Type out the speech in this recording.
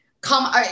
come